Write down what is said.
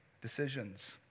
decisions